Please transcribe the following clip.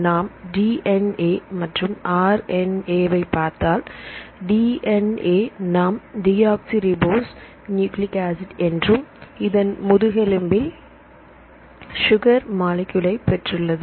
நாம் D N A மற்றும் R N A வை பார்த்தாள் டி என் ஏ நாம் டியோக்ஸி ரிபோஸ் நியூக்ளிக் ஆசிட் என்றும் இதன் முதுகெலும்பில் சுகர் மாலிக்யூலைப் பெற்றுள்ளது